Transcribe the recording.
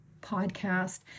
podcast